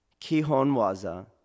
Kihonwaza